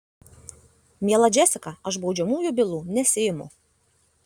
miela džesika aš baudžiamųjų bylų nesiimu